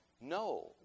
No